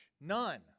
none